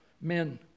Men